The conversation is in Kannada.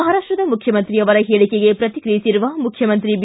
ಮಹಾರಾಷ್ಟದ ಮುಖ್ಯಮಂತ್ರಿ ಅವರ ಹೇಳಿಕೆಗೆ ಪ್ರತಿಕ್ರಿಯಿಸಿರುವ ಮುಖ್ಯಮಂತ್ರಿ ಬಿ